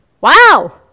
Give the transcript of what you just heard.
Wow